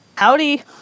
Howdy